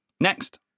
Next